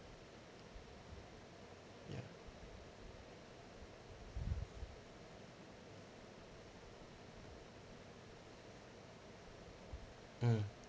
yup mm